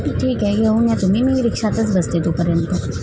ठीक आहे घेऊन या तुम्ही मी रिक्षातच बसते तोपर्यंत